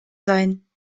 sein